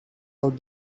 out